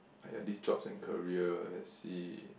like at this jobs and career let see